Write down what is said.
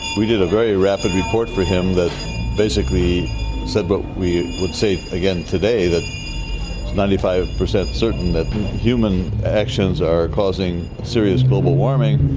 we did a very rapid report for him that basically said what we would say again today, that it's ninety five percent certain that human actions are causing serious global warming.